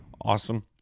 Awesome